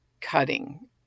cutting